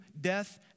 death